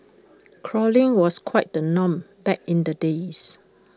crawling was quite the norm back in the days